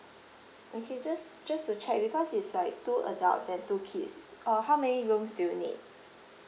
okay just just to check because it's like two adults and two kids uh how many rooms do you need